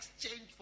exchange